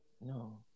No